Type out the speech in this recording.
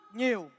nhiều